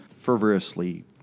fervorously